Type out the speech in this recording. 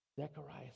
Zechariah